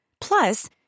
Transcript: Plus